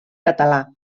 català